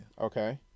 Okay